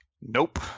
Nope